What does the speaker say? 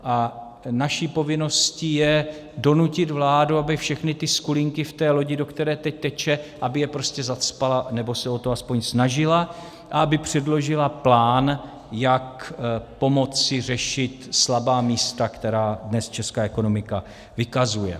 A naší povinností je donutit vládu, aby všechny skulinky v té lodi, do které teď teče, aby je prostě zacpala, nebo se o to aspoň snažila, a aby předložila plán, jak pomoci řešit slabá místa, která dnes česká ekonomika vykazuje.